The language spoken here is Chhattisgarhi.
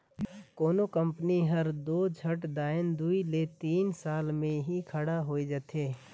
कोनो कंपनी हर दो झट दाएन दुई ले तीन साल में ही खड़ा होए जाथे